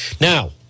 Now